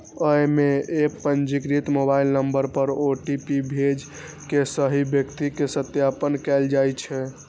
अय मे एप पंजीकृत मोबाइल नंबर पर ओ.टी.पी भेज के सही व्यक्ति के सत्यापन कैल जाइ छै